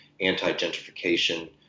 anti-gentrification